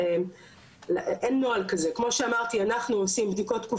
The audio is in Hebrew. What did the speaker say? אנחנו עושים בדיקות תקופתיות לגבי עובדים זרים